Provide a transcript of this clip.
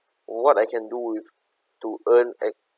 what I can do to to earn extra